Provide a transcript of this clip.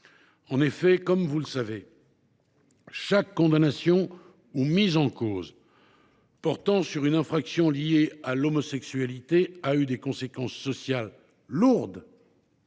mesdames, messieurs les sénateurs, chaque condamnation ou mise en cause portant sur une infraction liée à l’homosexualité a eu des conséquences sociales lourdes,